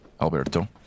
Alberto